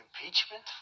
impeachment